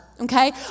okay